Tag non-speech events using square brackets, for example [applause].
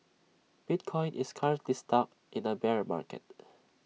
bitcoin is currently stuck in A bear market [noise]